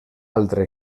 altre